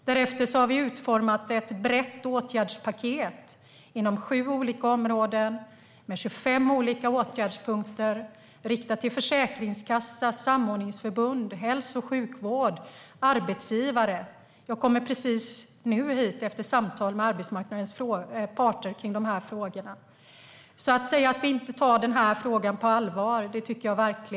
Vi har utformat ett brett åtgärdspaket inom sju olika områden med 25 olika åtgärdspunkter riktade till försäkringskassa, samordningsförbund, hälso och sjukvård och arbetsgivare. Jag har kommit hit från att precis ha varit i samtal med arbetsmarknadens parter i frågorna. Att säga att vi inte tar frågan på allvar är att leka med orden.